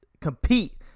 compete